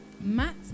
Matt